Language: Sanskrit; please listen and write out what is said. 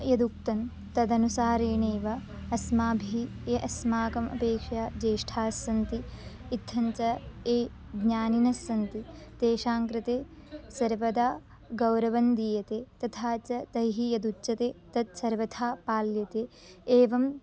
यदुक्तन् तदनुसारेणेव अस्माभिः ये अस्माकम् अपेक्षया ज्येष्ठास्सन्ति इत्तञ्च ये ज्ञानिनस्सन्ति तेषां कृते सर्वदा गौरवन् दीयते तथा च तैः यद् उच्यते तत्सर्वथा पाल्यते एवम्